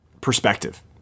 perspective